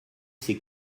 s’est